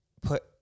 put